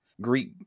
Greek